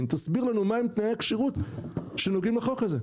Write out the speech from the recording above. תסביר לנו מהם תנאי הכשירות שנוגעים לחוק הזה.